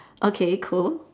okay cool